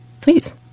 Please